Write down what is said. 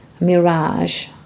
mirage